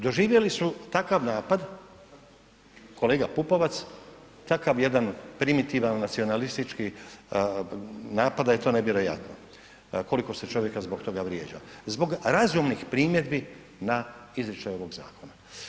Doživjeli su takav napad, kolega Pupovac, takav jedan primitivan nacionalistički napad da je to nevjerojatno koliko se čovjeka zbog toga vrijeđa, zbog razumnih primjedbi na izričaj ovog zakona.